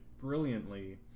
brilliantly